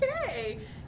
okay